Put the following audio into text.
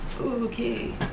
Okay